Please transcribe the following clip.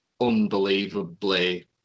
unbelievably